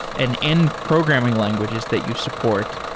an n programming languages that you support.